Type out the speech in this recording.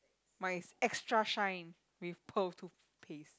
mine is extra shine with pearl toothpaste